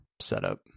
setup